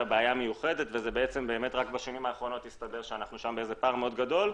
בעיה מיוחדת וזה בעצם רק בשנים האחרונות הסתבר שאנחנו שם בפער מאוד גדול.